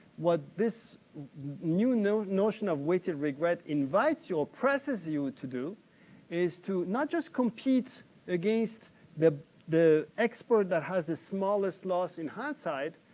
what this new new notion of weighted regret invites you, or presses you to do is to not just compete against the the expert that has the smallest loss in hindsight,